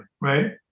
right